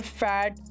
fat